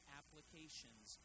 applications